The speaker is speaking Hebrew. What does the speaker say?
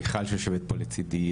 מיכל שיושבת פה לצידי,